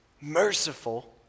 merciful